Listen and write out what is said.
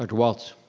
walts.